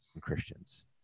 Christians